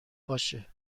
باشه